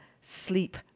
Sleep